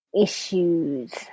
issues